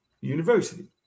University